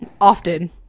often